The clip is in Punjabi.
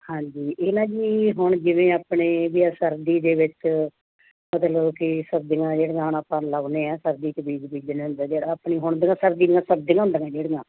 ਹਾਂਜੀ ਇਹ ਨਾ ਜੀ ਹੁਣ ਜਿਵੇਂ ਆਪਣੇ ਵੀ ਇਹ ਸਰਦੀ ਦੇ ਵਿੱਚ ਮਤਲਬ ਕੇ ਸਬਜ਼ੀਆਂ ਜਿਹੜੀਆਂ ਹੁਣ ਆਪਾਂ ਲਗਾਉਣੇ ਆ ਸਰਦੀ 'ਚ ਬੀਜ ਬੀਜਣੇ ਹੁੰਦੇ ਜਿਹੜਾ ਆਪਣੇ ਹੁਣ ਦੀਆਂ ਸਰਦੀ ਦੀਆਂ ਸਬਜ਼ੀਆਂ ਹੁੰਦੀਆਂ ਨੇ ਜਿਹੜੀਆਂ